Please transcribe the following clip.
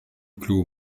clos